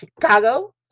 Chicago